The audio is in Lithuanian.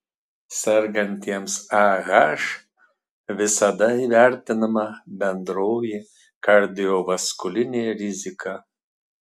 sergantiesiems ah visada įvertinama bendroji kardiovaskulinė rizika